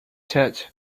church